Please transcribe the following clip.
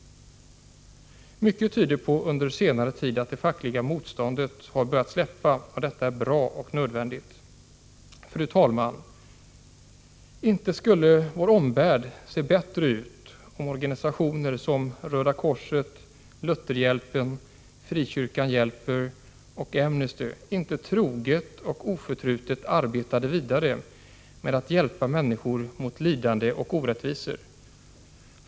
Mycket tyder på att det fackliga motståndet under senare tid har börjat släppa, och detta är bra och nödvändigt. Fru talman! Inte skulle vår omvärld se bättre ut om organisationer som Röda korset, Lutherhjälpen, Frikyrkan hjälper och Amnesty inte troget och oförtrutet arbetade vidare med att hjälpa människor mot lidande och orättvisor.